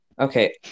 Okay